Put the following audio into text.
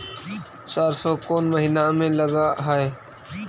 सरसों कोन महिना में लग है?